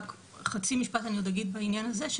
רק עוד חצי משפט אני עוד אגיד בעניין הזה,